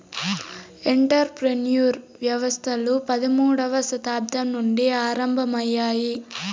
enter ప్రెన్యూర్ వ్యవస్థలు పదమూడవ శతాబ్దం నుండి ఆరంభమయ్యాయి